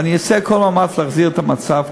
ואני אעשה כל מאמץ להחזיר את המצב,